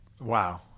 wow